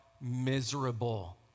miserable